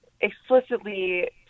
explicitly